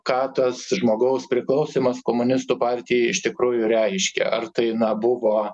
ką tas žmogaus priklausymas komunistų partijai iš tikrųjų reiškia ar tai na buvo